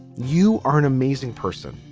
you are an amazing person.